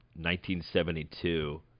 1972